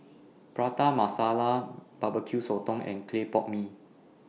Prata Masala Barbecue Sotong and Clay Pot Mee